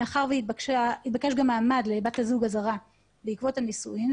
מאחר שהתבקש גם מעמד לבת הזוג הזרה בעקבות הנישואים,